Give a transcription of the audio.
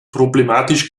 problematisch